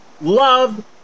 love